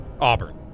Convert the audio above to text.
Auburn